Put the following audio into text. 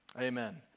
Amen